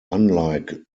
unlike